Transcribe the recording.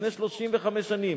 לפני 35 שנים.